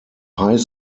high